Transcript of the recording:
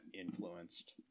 influenced